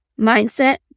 mindset